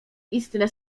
istne